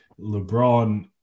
LeBron –